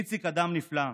איציק אדם נפלא,